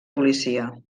policia